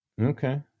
Okay